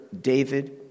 David